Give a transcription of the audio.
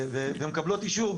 ומקבלות אישור,